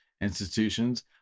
institutions